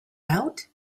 out